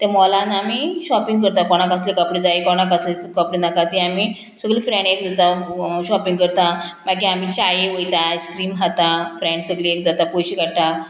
त्या मॉलान आमी शॉपिंग करता कोणाक कसले कपडे जाय कोणाक कसले कपडे नाका ते आमी सगलीं फ्रेंड एक जाता शॉपिंग करता मागीर आमी चाये वयता आयस्क्रीम खाता फ्रेंड सगळीं एक जाता पयशे काडटा